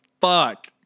fuck